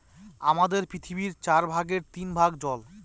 আমাদের পৃথিবীর চার ভাগের তিন ভাগ জল